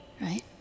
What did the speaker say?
right